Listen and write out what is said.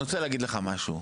אני רוצה להגיד לך משהו,